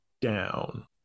down